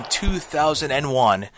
2001